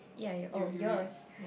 ya your oh yours